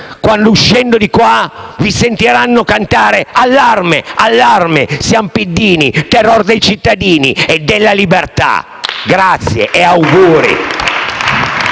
quando, uscendo di qua, vi sentiranno cantare: «Allarme, allarme siam piddini, terror dei cittadini e della libertà». *(Applausi